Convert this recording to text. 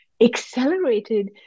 accelerated